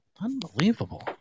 Unbelievable